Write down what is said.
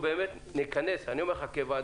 תכנס, ככל